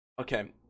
Okay